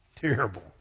Terrible